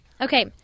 Okay